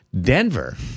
Denver